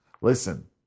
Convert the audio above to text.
Listen